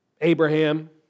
Abraham